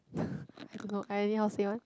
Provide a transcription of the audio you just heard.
I don't know i anyhow say one